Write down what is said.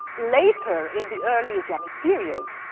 later, in the early islamic period,